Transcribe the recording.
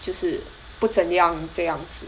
就是不这么样这样子